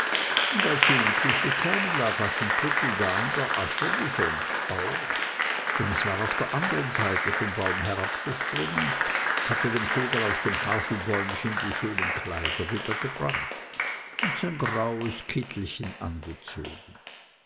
und als sie in die küche kamen lag aschenputtel da in der asche wie sonst auch denn es war auf der andern seite vom baum herabgesprungen hatte dem vogel auf dem haselbäumchen die schönen kleider wiedergebracht und sein graues kittelchen angezogen